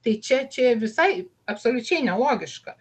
tai čia čia visai absoliučiai nelogiška